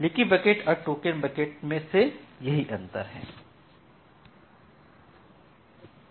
leaky bucket और token bucket से यही अंतर है